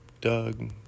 Doug